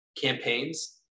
campaigns